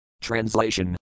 Translation